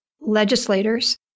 legislators